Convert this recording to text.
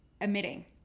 emitting